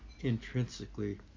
intrinsically